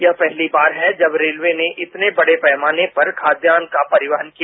यह पहली बार है जब रेलवे ने इतने बड़े पैमाने पर खाद्यान्न का परिवहन किया